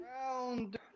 round